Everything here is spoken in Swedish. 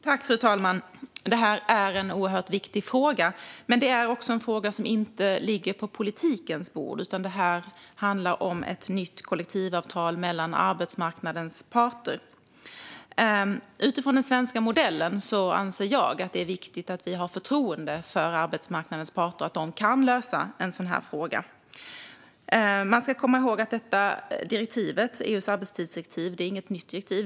Fru talman! Detta är en oerhört viktig fråga, men det är också en fråga som inte ligger på politikens bord. Detta handlar om ett nytt kollektivavtal mellan arbetsmarknadens parter. Utifrån den svenska modellen anser jag att det är viktigt att vi har förtroende för att arbetsmarknadens parter kan lösa en sådan här fråga. EU:s arbetstidsdirektiv är inget nytt direktiv.